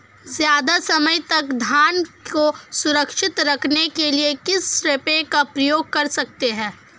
ज़्यादा समय तक धान को सुरक्षित रखने के लिए किस स्प्रे का प्रयोग कर सकते हैं?